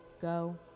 go